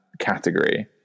category